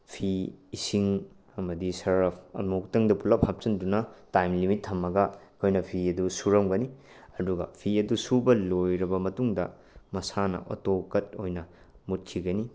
ꯐꯤ ꯏꯁꯤꯡ ꯑꯃꯗꯤ ꯁꯔꯞ ꯑꯃꯨꯛꯇꯪꯗ ꯄꯨꯂꯞ ꯍꯥꯞꯆꯤꯟꯗꯨꯅ ꯇꯥꯏꯝ ꯂꯤꯃꯤꯠ ꯊꯝꯃꯒ ꯑꯩꯈꯣꯏꯅ ꯐꯤ ꯑꯗꯨ ꯁꯨꯔꯝꯒꯅꯤ ꯑꯗꯨꯒ ꯐꯤ ꯑꯗꯨ ꯁꯨꯕ ꯂꯣꯏꯔꯕ ꯃꯇꯨꯡꯗ ꯃꯁꯥꯅ ꯑꯣꯇꯣ ꯀꯠ ꯑꯣꯏꯅ ꯃꯨꯠꯈꯤꯒꯅꯤ